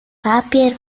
papier